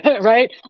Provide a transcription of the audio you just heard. right